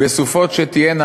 בסופות שתהיינה,